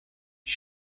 die